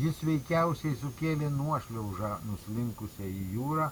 jis veikiausiai sukėlė nuošliaužą nuslinkusią į jūrą